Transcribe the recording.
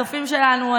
הצופים שלנו,